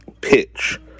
pitch